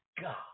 God